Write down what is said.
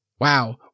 wow